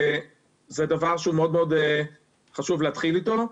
וזה דבר שחשוב מאוד להתחיל בו.